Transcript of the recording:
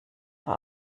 vor